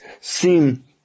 seem